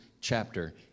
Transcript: chapter